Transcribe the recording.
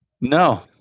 No